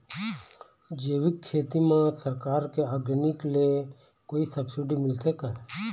जैविक खेती म सरकार के ऑर्गेनिक ले कोई सब्सिडी मिलथे का?